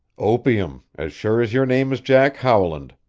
opium, as sure as your name is jack howland,